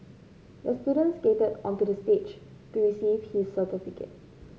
the student skated onto the stage to receive his certificate